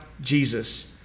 Jesus